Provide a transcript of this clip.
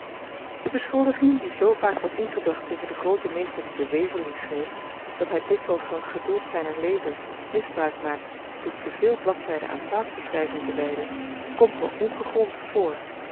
de beschuldiging die zoo vaak wordt ingebracht tegen den grooten meester die den waverley schreef dat hy dikwyls van t geduld zyner lezers misbruik maakt door te veel bladzyden aan plaatsbeschryving te wyden komt me ongegrond voor